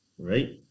Right